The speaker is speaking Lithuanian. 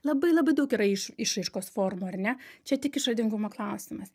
labai labai daug yra iš išraiškos formų ar ne čia tik išradingumo klausimas